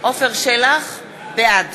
בעד